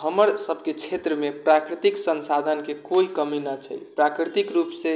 हमर सबके क्षेत्रमे प्राकृतिक संसाधनके कोइ कमी नहि छै प्राकृतिक रूपसँ